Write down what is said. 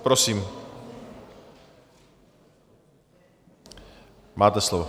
Prosím, máte slovo.